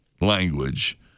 language